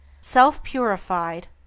Self-purified